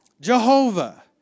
Jehovah